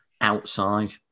outside